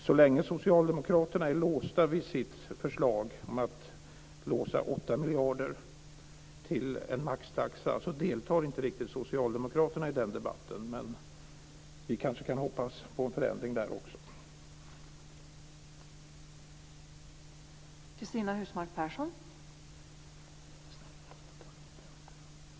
Så länge socialdemokraterna är låsta vid sitt förslag om att låsa 8 miljarder till en maxtaxa deltar inte riktigt socialdemokraterna i den debatten, men vi kanske kan hoppas på en förändring också i det avseendet.